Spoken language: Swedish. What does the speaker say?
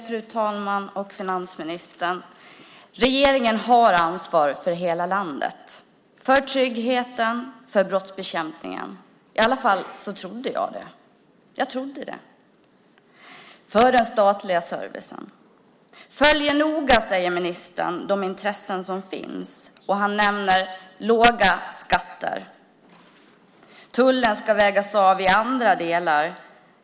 Fru talman! Regeringen har ansvar för hela landet, för den statliga servicen, för tryggheten och för brottsbekämpningen. Jag trodde i alla fall det. Ministern säger att han noga följer de intressen som finns, och han nämner låga skatter. Tullen ska vägas av i andra delar.